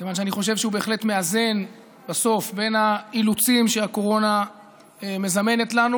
כיוון שאני חושב שהוא בהחלט מאזן בסוף בין האילוצים שהקורונה מזמנת לנו